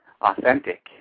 authentic